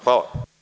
Hvala.